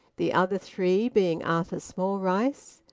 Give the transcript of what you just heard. the other three being arthur smallrice,